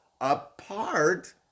apart